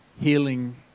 healing